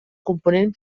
component